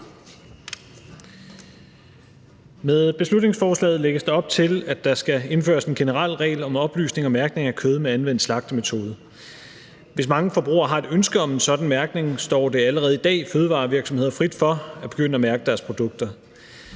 Med beslutningsforslaget lægges der op til, at der skal indføres en generel regel om oplysning og mærkning af kød med anvendt slagtemetode. Hvis mange forbrugere har et ønske om en sådan mærkning, står det allerede i dag fødevarevirksomheder frit for at begynde at mærke deres produkter.